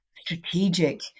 strategic